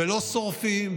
ולא שורפים,